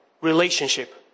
relationship